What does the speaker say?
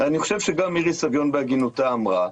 אני חושב שגם מירי סביון בהגינותה אמרה,